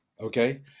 okay